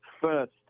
first